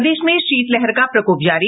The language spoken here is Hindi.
प्रदेश में शीतलहर का प्रकोप जारी